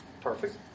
perfect